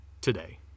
today